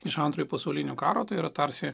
iš antrojo pasaulinio karo tai yra tarsi